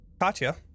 Katya